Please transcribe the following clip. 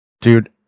Dude